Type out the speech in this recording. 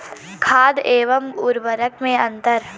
खाद एवं उर्वरक में अंतर?